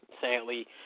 Sadly